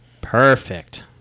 Perfect